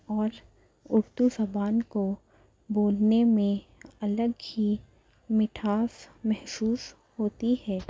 اور اُردو زبان کو بولنے میں الگ ہی مِٹھاس محسوس ہوتی ہے